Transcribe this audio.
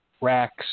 racks